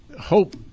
hope